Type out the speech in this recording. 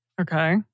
Okay